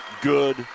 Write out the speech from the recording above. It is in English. good